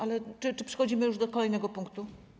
Ale czy przechodzimy już do kolejnego punktu?